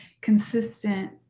consistent